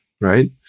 Right